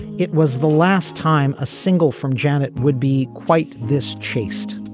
it was the last time a single from janet would be quite this chaste.